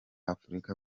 afurika